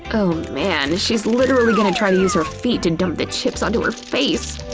oh man, she's literally gonna try to use her feet to dump the chips onto her face!